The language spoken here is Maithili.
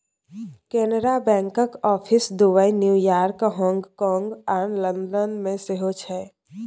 कैनरा बैंकक आफिस दुबई, न्यूयार्क, हाँगकाँग आ लंदन मे सेहो छै